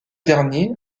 dernier